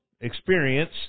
experience